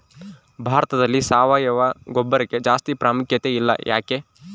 ಭಾರತದಲ್ಲಿ ಸಾವಯವ ಗೊಬ್ಬರಕ್ಕೆ ಜಾಸ್ತಿ ಪ್ರಾಮುಖ್ಯತೆ ಇಲ್ಲ ಯಾಕೆ?